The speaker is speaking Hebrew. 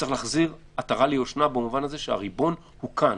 צריך להחזיר עטרה ליושנה במובן הזה שהריבון הוא כאן.